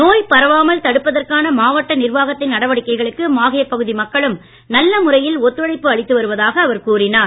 நோய் பரவாமல் தடுப்பதற்கான மாவட்ட நிர்வாகத்தின் நடவடிக்கைகளுக்கு மாஹே பகுதி மக்களும் நல்ல முறையில் ஒத்துழைப்பு அளித்து வருவதாக அவர் கூறினார்